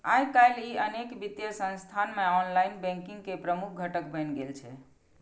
आइकाल्हि ई अनेक वित्तीय संस्थान मे ऑनलाइन बैंकिंग के प्रमुख घटक बनि गेल छै